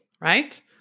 right